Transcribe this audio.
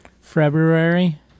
February